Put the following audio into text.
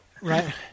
Right